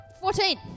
Fourteen